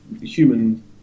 human